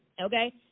Okay